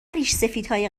ریشسفیدهای